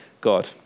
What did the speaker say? God